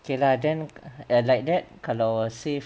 okay lah then like that kalau nak safe